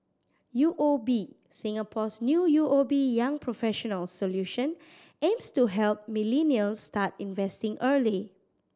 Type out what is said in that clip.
U O B Singapore's new U O B Young Professionals Solution aims to help millennials start investing early